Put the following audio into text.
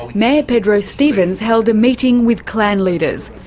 mayor pedro stephen held a meeting with clan leaders.